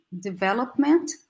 development